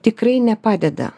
tikrai nepadeda